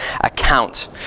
account